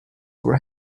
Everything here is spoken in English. were